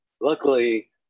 Luckily